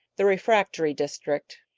the refractory district,